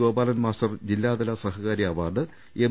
Gopalan master ജില്ലാതല സഹകാരി award M